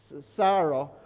Sarah